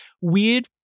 weird